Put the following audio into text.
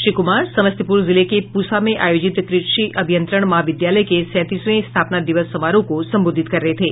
श्री कुमार समस्तीपुर जिले के प्रसा मे आयोजित कृषि अभियंत्रण महाविद्यालय के सैंतीसवें स्थापना दिवस समारोह को संबोधित कर रहे थे